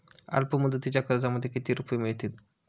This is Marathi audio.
अल्पमुदतीच्या कर्जामध्ये किती रुपये मिळतील?